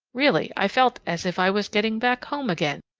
really, i felt as if i was getting back home again,